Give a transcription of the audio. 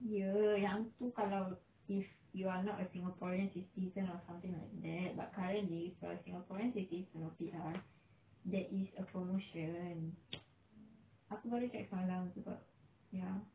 iya yang tu kalau if you are not a singaporean citizen or something like that but currently for singaporeans dengan P_R there is a promotion aku baru check semalam ya